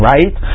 Right